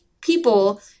People